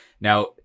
Now